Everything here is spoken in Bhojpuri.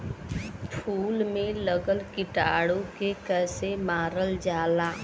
फूल में लगल कीटाणु के कैसे मारल जाला?